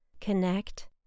connect